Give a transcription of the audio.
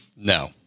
No